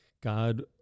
God